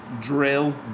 Drill